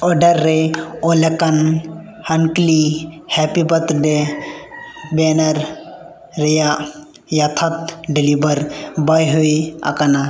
order ᱨᱮ ᱚᱞᱟᱠᱟᱱ ᱦᱮᱝᱠᱞᱤ ᱦᱮᱯᱤ ᱵᱟᱨᱛᱷᱰᱮᱹ ᱵᱮᱱᱟᱨ ᱨᱮᱭᱟᱜ ᱡᱚᱛᱷᱟᱛ ᱰᱮᱞᱤᱵᱷᱟᱨ ᱵᱟᱭ ᱦᱩᱭ ᱟᱠᱟᱱᱟ